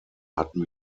hatten